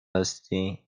هستی